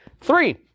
Three